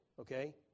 okay